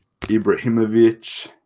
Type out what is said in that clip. Ibrahimovic